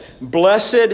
blessed